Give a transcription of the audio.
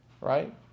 right